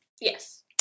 Yes